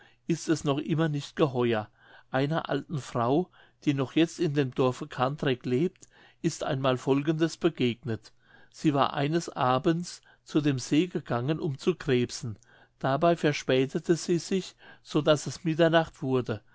ist es noch immer nicht geheuer einer alten frau die noch jetzt in dem dorfe cantrek lebt ist einmal folgendes begegnet sie war eines abends zu dem see gegangen um zu krebsen dabei verspätete sie sich so daß es mitternacht wurde